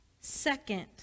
Second